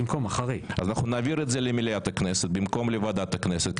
אז אנחנו נעביר את זה למליאת הכנסת במקום לוועדת הכנסת,